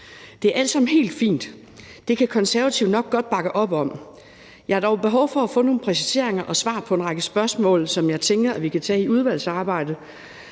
Det er alt sammen helt fint. Det kan Konservative nok godt bakke op om. Jeg har dog behov for at få nogle præciseringer og svar på en række spørgsmål, som jeg tænker at vi kan tage i udvalgsarbejdet,